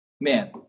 Man